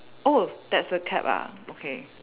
oh that's a cap ah okay